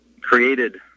created